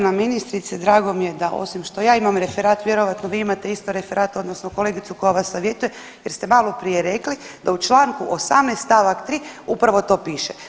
Uvažena ministrice, drago mi je da osim što ja imam referat vjerovatno vi imate isto referat odnosno kolegicu koja vas savjetuje jer ste maloprije rekli da u čl. 18. st. 3. upravo to piše.